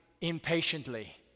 impatiently